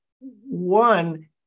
One